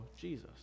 Jesus